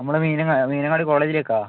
നമ്മുടെ മീനങ്ങാടി കോളേജിലേക്കാണ്